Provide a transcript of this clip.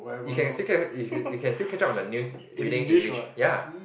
you can still catch up you you you can still catch up on the news reading English ya